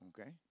Okay